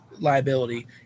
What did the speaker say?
liability